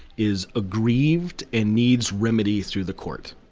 is aggrieved, and needs remedy through the court.